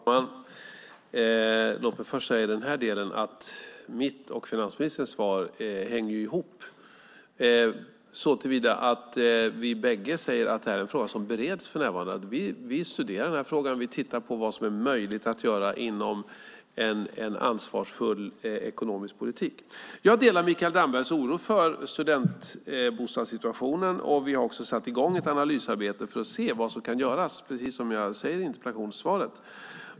Herr talman! Låt mig först säga i den här delen att mitt och finansministerns svar hänger ihop så till vida att vi bägge säger att det här är en fråga som bereds för närvarande. Vi studerar den här frågan. Vi tittar på vad som är möjligt att göra inom en ansvarsfull ekonomisk politik. Jag delar Mikael Dambergs oro för studentbostadssituationen. Vi har också satt i gång ett analysarbete för att se vad som kan göras, precis som jag säger i interpellationssvaret.